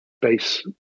base